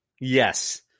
Yes